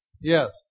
Yes